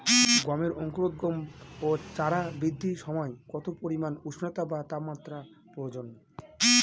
গমের অঙ্কুরোদগম ও চারা বৃদ্ধির সময় কত পরিমান উষ্ণতা বা তাপমাত্রা প্রয়োজন?